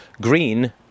green